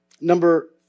number